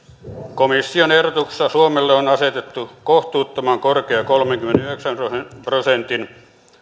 komission ehdotuksessa suomelle on asetettu kohtuuttoman korkea kolmenkymmenenyhdeksän prosentin